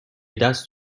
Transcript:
دست